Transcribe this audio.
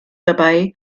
dabei